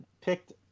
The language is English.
picked